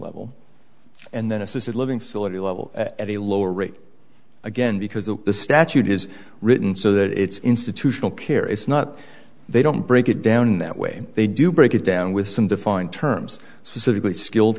level and then assisted living facility level at a lower rate again because of the statute is written so that it's institutional care it's not they don't break it down in that way they do break it down with some defined terms specifically skilled